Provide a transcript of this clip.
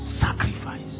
Sacrifice